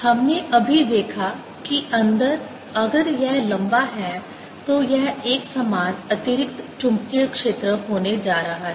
हमने अभी देखा कि अंदर अगर यह लंबा है तो यह एकसमान अतिरिक्त चुंबकीय क्षेत्र होने जा रहा है